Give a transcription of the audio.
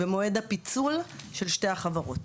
במועד הפיצול של שתי החברות.